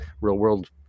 real-world